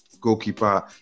goalkeeper